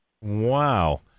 Wow